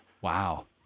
Wow